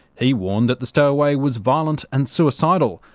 he warned that the stowaway was violent and suicidal.